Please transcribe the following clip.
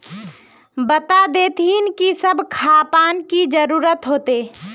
बता देतहिन की सब खापान की जरूरत होते?